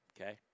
Okay